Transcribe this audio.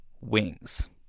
wings